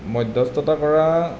মধ্যস্থতা কৰা